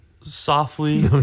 softly